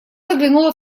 заглянула